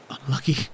unlucky